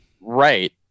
Right